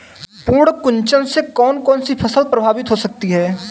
पर्ण कुंचन से कौन कौन सी फसल प्रभावित हो सकती है?